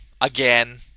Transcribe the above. again